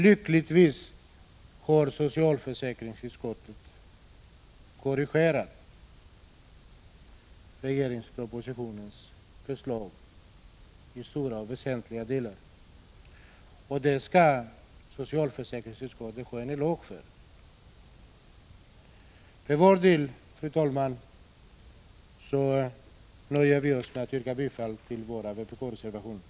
Lyckligtvis har socialförsäkringsutskottet korrigerat regeringspropositionens förslag i stora och väsentliga delar, och det skall utskottet få en eloge för. Fru talman! För vår del nöjer vi oss med att yrka bifall till våra vpk-reservationer.